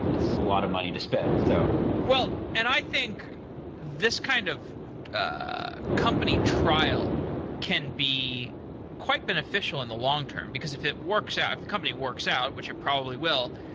it's a lot of money to spend. so and i think this kind of ah company trial can be quite beneficial in the long-term, because if it works out if the company works out, which it probably will,